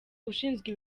ushinzwe